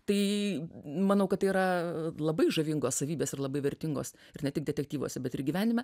tai manau kad yra labai žavingos savybės ir labai vertingos ir ne tik detektyvuose bet ir gyvenime